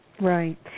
Right